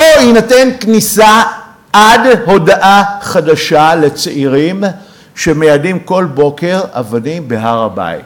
לא תינתן כניסה עד הודעה חדשה לצעירים שמיידים כל בוקר אבנים בהר-הבית,